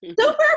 super